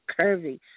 Curvy